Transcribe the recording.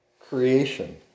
creation